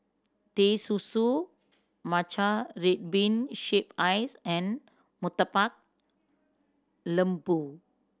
Teh Susu matcha red bean shave ice and Murtabak Lembu